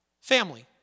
Family